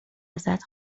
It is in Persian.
ازت